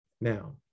Now